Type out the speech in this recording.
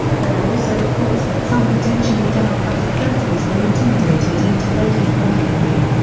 there were also reports that some potentially democratic voters were intimidated into voting for mckinley.